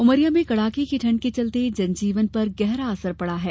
उमरिया में कडाके की ठंड के चलते जनजीवन पर गहरा असर पड़ा है